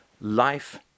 Life